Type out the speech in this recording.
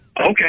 okay